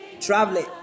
traveling